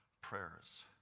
prayers